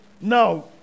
Now